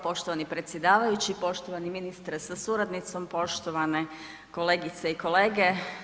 Poštovani predsjedavajući, poštovani ministre sa suradnicom, poštovane kolegice i kolege.